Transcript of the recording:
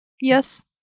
Yes